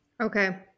Okay